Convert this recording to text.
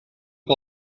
que